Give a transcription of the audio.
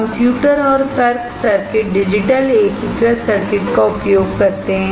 computer और तर्क circuit digital एकीकृत सर्किट का उपयोग करते हैं